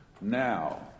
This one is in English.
now